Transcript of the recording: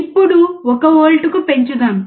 ఇప్పుడు 1 వోల్ట్లకు పెంచుదాం